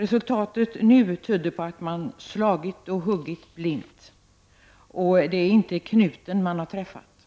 Resultatet nu tyder på att man har slagit och huggit blint, och det är inte knuten man har träffat.